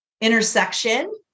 intersection